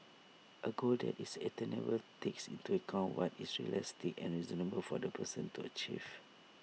A goal that is attainable takes into account what is realistic and reasonable for the person to achieve